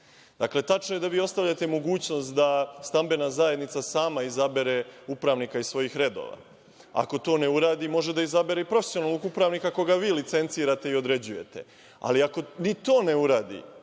Srbiji. Dakle, tačno je da vi ostavljate mogućnost da stambena zajednica sama izabere upravnika iz svojih redova. Ako to ne uradi, može da izabere i profesionalnog upravnika koga vi licencirate i određujete. Ali, ako ni to ne uradi,